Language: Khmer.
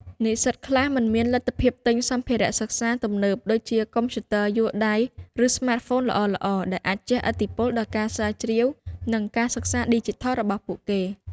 និស្សិតខ្លះមិនមានលទ្ធភាពទិញសម្ភារៈសិក្សាទំនើបដូចជា កុំព្យូទ័រយួរដៃ ឬស្មាតហ្វូនល្អៗ ដែលអាចជះឥទ្ធិពលដល់ការស្រាវជ្រាវ និងការសិក្សាឌីជីថលរបស់ពួកគេ។